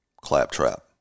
claptrap